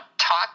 talk